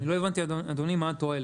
לא הבנתי אדוני מה התועלת.